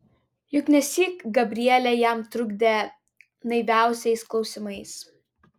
juk nesyk gabrielė jam trukdė naiviausiais klausimais